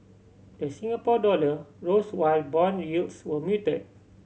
the Singapore dollar rose while bond yields were muted